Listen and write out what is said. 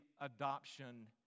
adoption